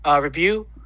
review